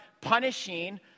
punishing